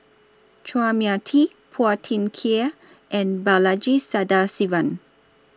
Chua Mia Tee Phua Thin Kiay and Balaji Sadasivan